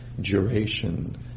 duration